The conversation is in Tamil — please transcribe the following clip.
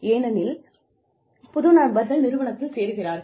ஏனெனில் புது நபர்கள் நிறுவனத்தில் சேருகிறார்கள்